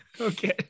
Okay